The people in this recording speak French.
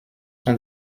sont